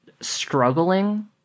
struggling